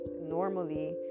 Normally